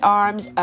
arms